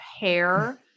hair